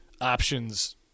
options